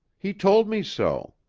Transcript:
he told me so.